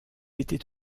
était